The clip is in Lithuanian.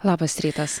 labas rytas